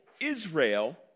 Israel